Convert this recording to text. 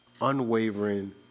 Unwavering